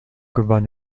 gewann